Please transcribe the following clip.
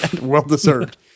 Well-deserved